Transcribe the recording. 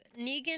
Negan